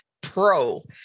pro